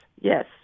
yes